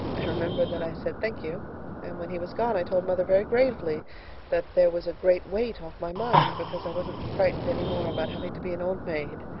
i remember that i said thank you and when he was gone i told mother very gravely that there was a great weight off my mind, because i wasn't frightened any more about having to be an old maid.